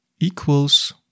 equals